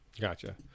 Gotcha